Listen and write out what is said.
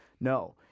No